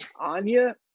Anya